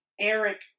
Eric